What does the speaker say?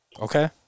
Okay